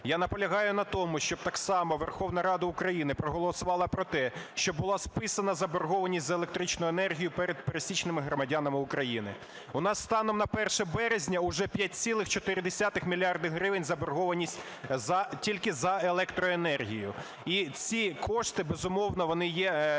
Я наполягаю на тому, щоб так само Верховна Рада України проголосувала про те, щоб була списана заборгованість за електричну енергію перед пересічними громадянами України. У нас станом на 1 березня уже 5,4 мільярда гривень заборгованість тільки за електроенергію, і ці кошти, безумовно, вони є